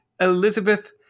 Elizabeth